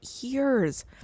years